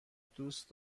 دوست